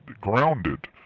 grounded